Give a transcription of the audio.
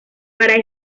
para